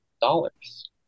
Dollars